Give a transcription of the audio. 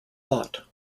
thought